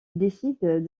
décide